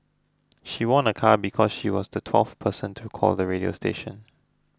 she won a car because she was the twelfth person to call the radio station